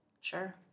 Sure